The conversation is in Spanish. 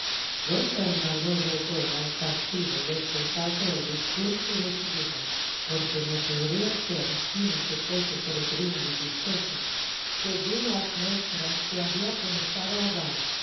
don fernando rogó al cautivo les contase el discurso de su vida porque no podría ser sino que fuese peregrino y gustoso según las muestras que había comenzado a dar